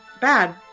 bad